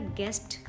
guest